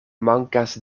mankas